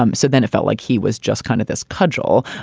um so then it felt like he was just kind of this cudgel.